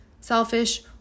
selfish